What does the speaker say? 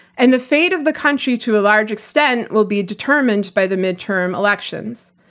and the fate of the country, to a large extent, will be determined by the midterm elections.